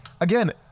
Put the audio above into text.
Again